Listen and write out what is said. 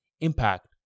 impact